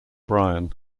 brian